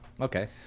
Okay